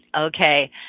okay